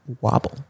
wobble